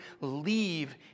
leave